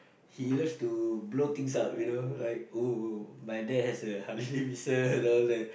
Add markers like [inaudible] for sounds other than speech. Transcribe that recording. he likes to blow things up you know like oh my dad has a Harley-Davidson [laughs] and all that